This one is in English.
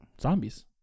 Zombies